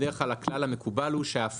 כי בדרך כלל הכלל המקובל הוא שההפרות